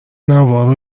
نوار